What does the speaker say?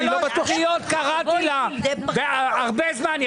אני לא בטוח --- שלוש קריאות קראתי לה והרבה זמן.